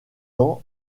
ans